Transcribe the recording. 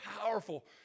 powerful